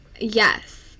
yes